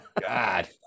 God